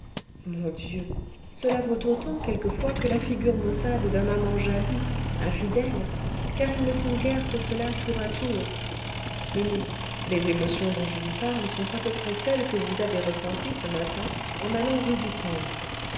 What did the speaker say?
mon dieu cela vaut autant quelquefois que la figure maussade d'un amant jaloux infidèle car ils ne sont guère que cela tour à tour tenez les émotions dont je vous parle sont à peu près celles que vous avez ressenties ce matin en allant rue du temple